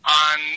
on